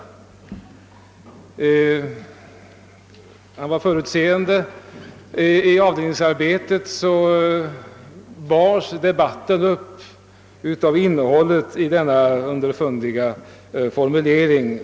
Sekreteraren var den gången förutseende, ty arbetet i avdelningen bars verkligen upp av en anda som stod i samklang med Torvald Gahlins underfundiga formulering.